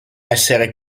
essere